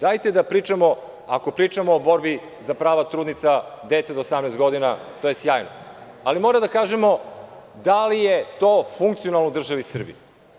Dajte da pričamo, ako pričamo o borbi za prava trudnica, dece do 18 godina, to je sjajno, ali moramo da kažemo da li je to funkcionalno u državi Srbiji.